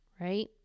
right